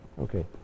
Okay